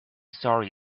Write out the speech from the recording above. sorry